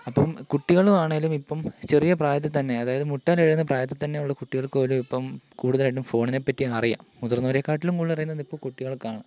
അപ്പം കുട്ടികൾ ആണേലും ഇപ്പം ചെറിയ പ്രായത്തിൽത്തന്നെ അതായത് മുട്ടിലിഴയുന്ന പ്രായത്തിൽ തന്നെ ഉള്ള കുട്ടികൾക്കു പോലും ഇപ്പം കൂടുതലായിട്ടും ഫോണിനെപ്പറ്റി അറിയാം മുതിർന്നവരെ കാട്ടിലും കൂടുതലറിയുന്നത് ഇപ്പോൾ കുട്ടികൾക്കാണ്